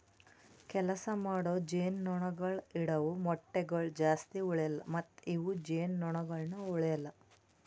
ಕೆಲಸ ಮಾಡೋ ಜೇನುನೊಣಗೊಳ್ ಇಡವು ಮೊಟ್ಟಗೊಳ್ ಜಾಸ್ತಿ ಉಳೆಲ್ಲ ಮತ್ತ ಇವು ಜೇನುನೊಣಗೊಳನು ಉಳೆಲ್ಲ